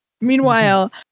Meanwhile